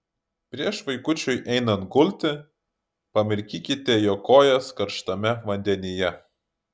prieš vaikučiui einant gulti pamirkykite jo kojas karštame vandenyje